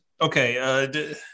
okay